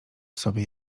sobie